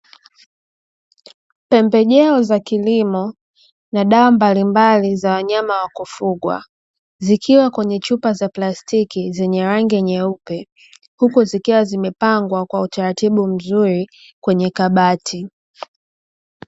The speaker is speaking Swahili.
Pembejeo za kilimo na dawa mbalimbali za wanyama wa kufugwa zikiwa kwenye chupa za plastiki zenye rangi nyeupe huku zikiwa zimepangwa kwa utaratibu mzuri kwenye kabati.